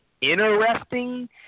interesting